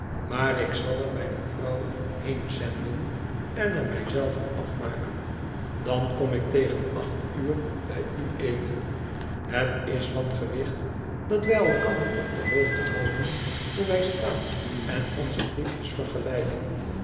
maar ik zal er mijne vrouw heen zenden en er mij zelf van afmaken dan kom ik tegen acht uur bij u eten het is van gewicht dat wij elkander o p de hoogte houden hoe wij staan en onze briefjes vergelijken